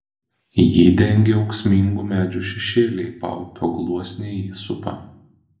jį dengia ūksmingų medžių šešėliai paupio gluosniai jį supa